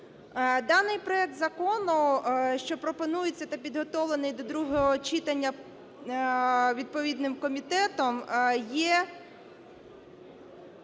Даний проект закону, що пропонується та підготовлений до другого читання відповідним комітетом, є